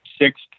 six